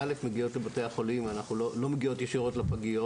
מגיעות לבתי החולים, הן לא מגיעות ישירות לפגיות.